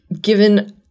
given